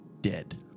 dead